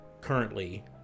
currently